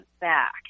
back